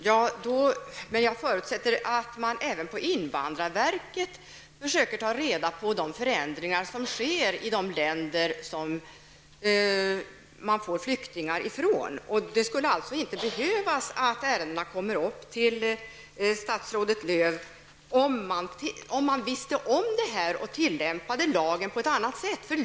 Herr talman! Jag förutsätter att man även på invandrarverket försöker ta reda på de förändringar som sker i de länder som det kommer flyktingar ifrån. En del överklagningsärenden skulle inte behöva komma upp till statsrådet Lööw, om man var medveten om förändringarna och tillämpade lagen på ett annat sätt.